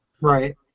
Right